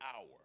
hour